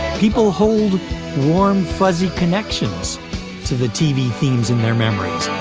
people hold warm, fuzzy connections to the tv themes in their memories